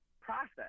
process